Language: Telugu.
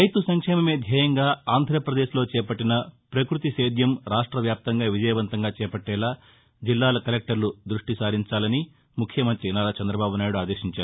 రైతు సంక్షేమమే ధ్యేయంగా ఆంధ్రప్రదేశ్లో చేపట్టిన పకృతి సేద్యం రాష్ట్ర వ్యాప్తంగా విజయవంతంగా చేపట్టేలా జిల్లాల కలెక్టర్లు దృష్టి సారించాలని ముఖ్యమంతి నారా చంద్రబాబు నాయుడు ఆదేశించారు